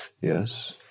Yes